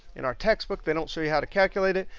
in our textbook, they don't show you how to calculate it.